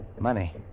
Money